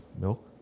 Milk